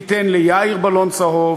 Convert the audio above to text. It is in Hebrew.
ניתן ליאיר בלון צהוב,